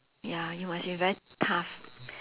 ya you must be very tough